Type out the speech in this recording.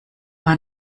war